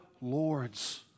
lords